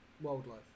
wildlife